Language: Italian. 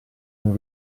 non